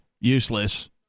useless